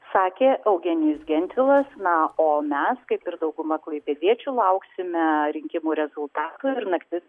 sakė eugenijus gentvilas na o mes kaip ir dauguma klaipėdiečių lauksime rinkimų rezultatų ir naktis